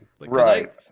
Right